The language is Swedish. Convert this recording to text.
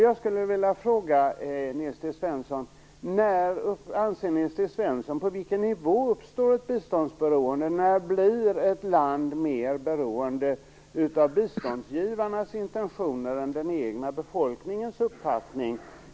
Jag vill fråga: På vilken nivå anser Nils T Svensson att ett biståndsberoende uppstår? När blir ett land mer beroende av biståndsgivarnas intentioner än den egna befolkningens uppfattning?